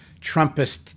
Trumpist